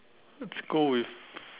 let's go with